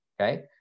okay